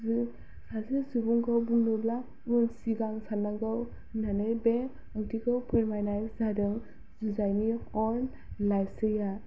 जे सासे सुबुंखौ बुंनोब्ला उन सिगां साननांगौ होननानै बे ओंथिखौ फोरमायनाय जादों जुजाइनि अर लाइसिया